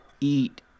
eat